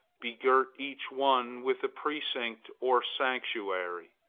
begirt each one with a precinct or sanctuary!